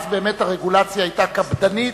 אז באמת הרגולציה היתה קפדנית.